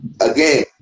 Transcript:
again